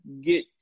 get